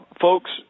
Folks